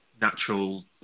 natural